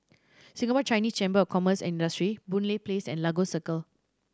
Singapore Chinese Chamber of Commerce Industry Boon Lay Place and Lagos Circle